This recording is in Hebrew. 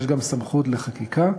יש גם סמכות חקיקה,